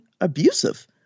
abusive